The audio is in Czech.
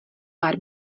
pár